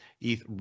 ETH